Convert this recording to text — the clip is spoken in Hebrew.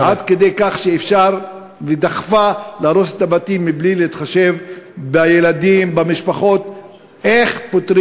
כלומר, עומדים על כך שיש להרוס מבלי לתת פתרון של